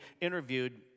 interviewed